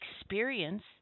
experience